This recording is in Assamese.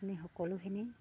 আপুনি সকলোখিনি